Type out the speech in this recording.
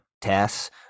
Tess